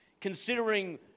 considering